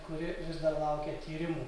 kuri dar laukia tyrimų